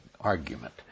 argument